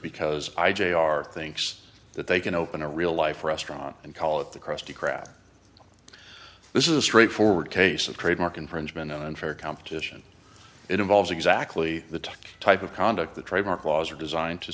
because i jr thinks that they can open a real life restaurant and call it the krusty krab this is a straightforward case of trademark infringement unfair competition it involves exactly the type of conduct the trademark laws are designed to